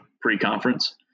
pre-conference